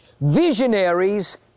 Visionaries